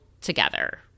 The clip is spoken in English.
together